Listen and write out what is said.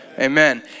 Amen